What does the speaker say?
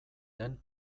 den